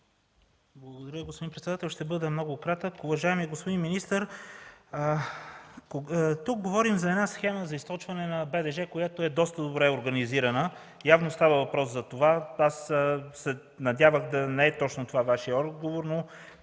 Благодаря Ви, господин председател. Ще бъда много кратък. Уважаеми господин министър, тук говорим за една схема за източване на БДЖ, която е доста добре организирана – явно става въпрос за това. Надявах се да не е точно това Вашият отговор, но